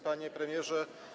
Panie Premierze!